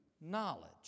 knowledge